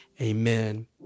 Amen